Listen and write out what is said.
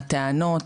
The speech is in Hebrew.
הטענות,